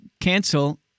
cancel